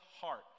heart